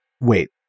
Wait